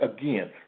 again